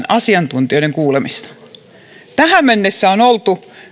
asiantuntijoiden kuulemista vastaan tähän mennessä on oltu